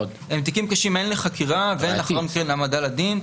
הם תיקים קשים הן לחקירה והן לאחר מכן להעמדה לדין.